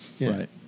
Right